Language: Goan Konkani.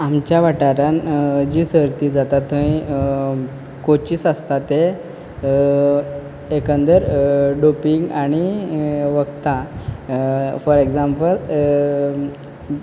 आमच्या वाठारान जी सर्त जाता थंय कोचीस आसतात ते एकंदर डुपींग वखदां फॉर एग्जांपल